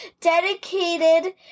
dedicated